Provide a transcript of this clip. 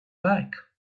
like